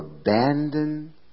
abandon